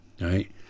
right